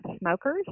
smokers